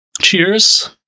Cheers